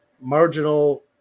marginal